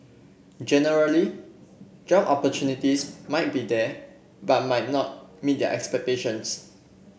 generally job opportunities might be there but might not meet their expectations